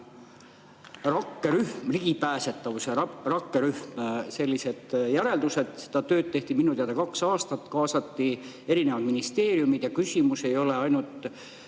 ligipääsetavuse rakkerühm oma järeldused. Seda tööd tehti minu teada kaks aastat, kaasati erinevad ministeeriumid. Küsimus ei ole ainult